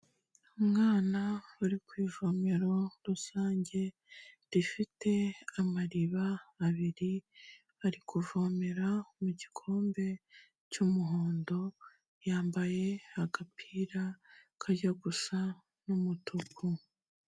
Umwana uri ku ivomero rusange rifite amariba abiri, ari kuvomera mu gikombe cy'umuhondo, yambaye agapira kajya gusa n'umutuku.